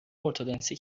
ارتدنسی